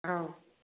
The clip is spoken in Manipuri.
ꯑꯧ